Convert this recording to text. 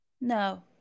No